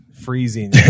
freezing